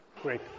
Great